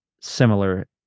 similar